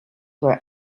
were